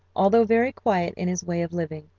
although very quiet in his way of living,